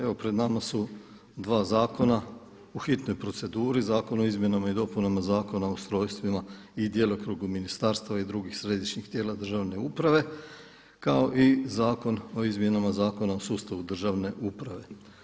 Evo pred nama su dva zakona u hitnoj proceduri Zakon o izmjenama i dopunama Zakona o ustrojstvima i djelokrugu ministarstava i drugih središnjih tijela državne uprave kao i Zakon o izmjenama Zakona o sustavu državne uprave.